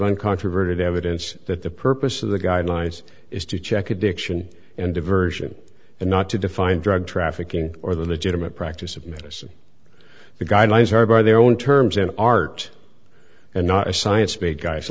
uncontroverted evidence that the purpose of the guidelines is to check addiction and diversion and not to define drug trafficking or the legitimate practice of medicine the guidelines are by their own terms an art and not a science